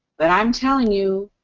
but i'm telling you,